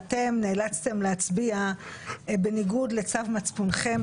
ואתם נאלצתם להצביע בניגוד לצו מצפונכם,